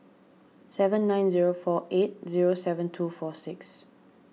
seven nine zero four eight zero seven two four six